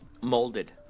molded